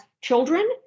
children